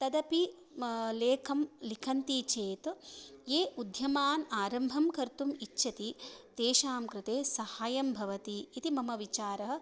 तदपि म लेखं लिखन्ति चेत् ये उद्यमान् आरम्भं कर्तुम् इच्छन्ति तेषां कृते सहाय्यं भवति इति मम विचारः